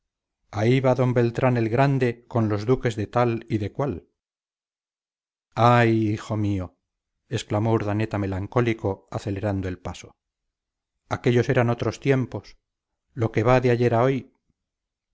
ahí va d beltrán el grande con los duques de tal y de cual ay hijo mío exclamó urdaneta melancólico acelerando el paso aquellos eran otros tiempos lo que va de ayer a hoy